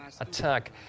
attack